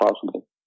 possible